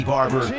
Barber